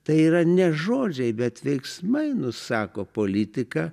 tai yra ne žodžiai bet veiksmai nusako politiką